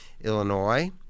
Illinois